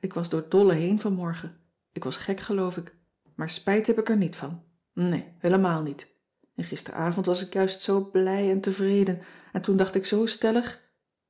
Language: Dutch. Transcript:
ik was door t dolle heen vanmorgen ik was gek geloof ik maar spijt heb ik er niet van nee heelemaal niet en gisteravond was ik juist zoo blij en tevreden en toen dacht ik zoo stellig